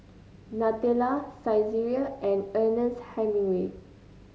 Nutella Saizeriya and Ernest Hemingway